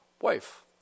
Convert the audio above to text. wife